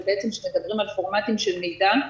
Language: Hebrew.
זה בעצם כשמדברים על פורמטים של מידע,